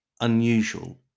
unusual